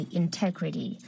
integrity